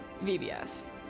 VBS